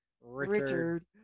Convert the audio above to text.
Richard